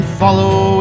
follow